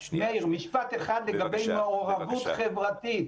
מאיר, עוד משפט אחד, לגבי מעורבות חברתית.